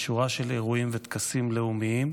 בשורה של אירועים וטקסים לאומיים,